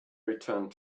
returned